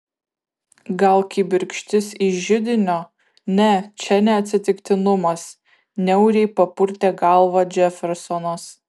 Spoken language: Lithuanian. gal kibirkštis iš židinio ne čia ne atsitiktinumas niauriai papurtė galvą džefersonas